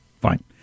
fine